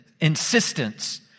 insistence